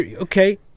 okay